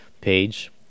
page